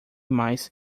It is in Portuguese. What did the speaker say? mais